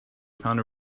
found